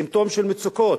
סימפטום של מצוקות.